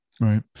Right